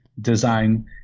design